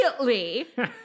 immediately